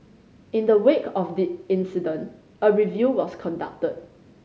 in the wake of the incident a review was conducted